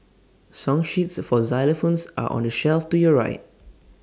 song sheets for xylophones are on the shelf to your right